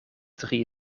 drie